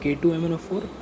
K2mno4